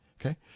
okay